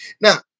Now